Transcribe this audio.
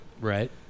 Right